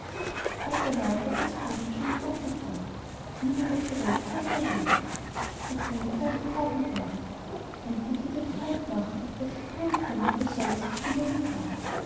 bald darnach ward des königs schöne tochter krank niemand auf der welt konnte ihr helfen der könig weinte tag und nacht endlich ließ er bekannt machen wer sie curiren könne der solle sie zur belohnung haben